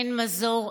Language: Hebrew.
אין מזור,